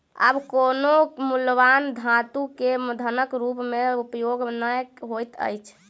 आब कोनो मूल्यवान धातु के धनक रूप में उपयोग नै होइत अछि